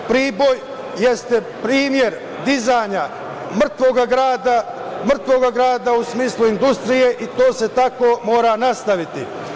Priboj jeste primer dizanja mrtvog grada, mrtvog grada u smislu industrije i to se tako mora nastaviti.